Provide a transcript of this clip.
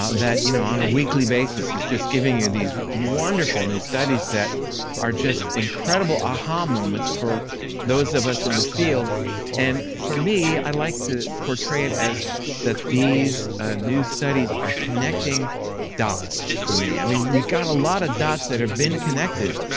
ah that you know on a weekly basis is just giving you these wonderful new studies that are just incredible aha moments for those of us in the field and for me, i like to portray it as that these ah new studies are connecting dots for me. i mean, we've got a lot of dots that have been connected,